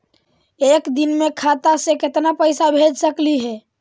एक दिन में खाता से केतना पैसा भेज सकली हे?